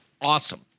awesome